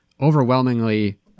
overwhelmingly